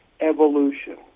evolution